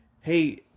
hey